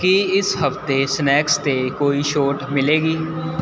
ਕੀ ਇਸ ਹਫ਼ਤੇ ਸਨੈਕਸ 'ਤੇ ਕੋਈ ਛੋਟ ਮਿਲੇਗੀ